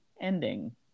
ending